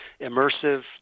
immersive